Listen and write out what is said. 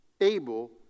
able